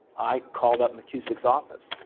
i called up mckusick's office,